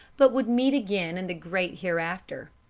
but would meet again in the great hereafter.